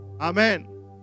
Amen